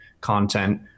content